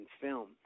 film